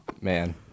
man